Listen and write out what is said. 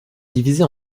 divisée